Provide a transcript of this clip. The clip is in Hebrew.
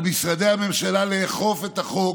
על משרדי הממשלה לאכוף את החוק